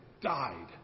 died